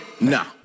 nah